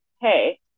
hey